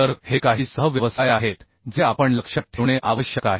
तर हे काही कोरल प्रोफेशन आहेत जे आपण लक्षात ठेवणे आवश्यक आहे